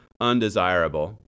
undesirable